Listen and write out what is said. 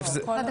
לא.